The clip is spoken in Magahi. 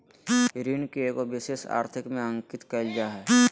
ऋण के एगो विशेष आर्थिक में अंकित कइल जा हइ